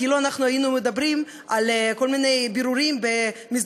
כאילו אנחנו היינו מדברים בבירורים באיזה